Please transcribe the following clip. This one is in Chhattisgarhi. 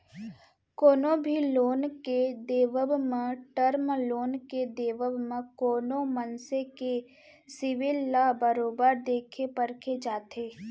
कोनो भी लोन के देवब म, टर्म लोन के देवब म कोनो मनसे के सिविल ल बरोबर देखे परखे जाथे